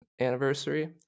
anniversary